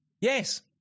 Yes